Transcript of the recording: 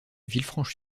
villefranche